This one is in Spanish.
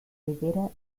rivera